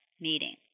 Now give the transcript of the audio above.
meeting